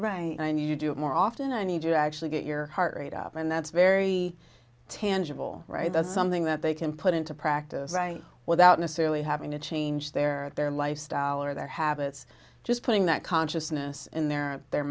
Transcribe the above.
right and you do it more often i need you to actually get your heart rate up and that's very tangible right that's something that they can put into practice i without necessarily having to change their their lifestyle or their habits just putting that consciousness in their or their